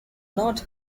not